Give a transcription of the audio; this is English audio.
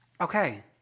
Okay